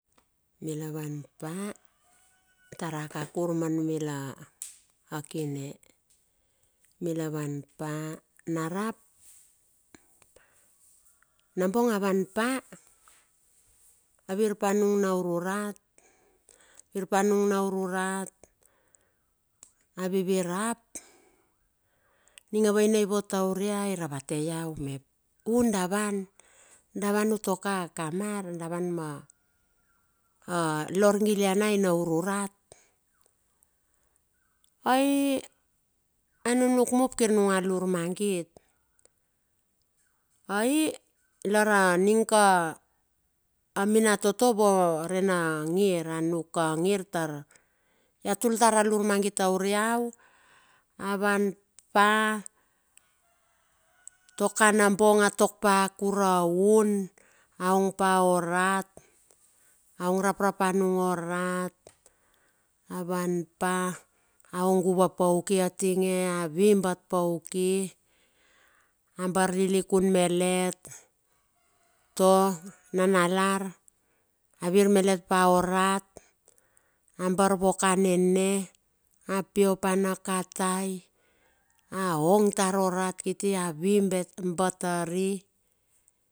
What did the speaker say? Mila vanpa tar akakur manumila kine mila vanpa narap nabong avan pa avirpa nung na urur rat, virpa nung na ururat. A vivir rap, aning a vaina ivot tour iau. I ravate iau mep u davan, davan uto ka kamar davan ma lorgilianai na urur rat. Ai a nuknuk mup kir nung alurmagit. Ai lara a ning ka minatoto vua urina ngir a nuk ka ngir tartia tultar al urmagit tor iau. A vanpa utuo ka nambong a tok pa kuroun aong pa orat. Aong raprap nung orat avanpa aonguve pauk ia tinge a vi bat batpauki, ambar lilikun melet uto ananalar, vir malet pa orat. Abar vuoka nene, apie pana katai, aong tar orat kiti a vibat tari.